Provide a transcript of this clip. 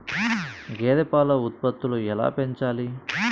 గేదె పాల ఉత్పత్తులు ఎలా పెంచాలి?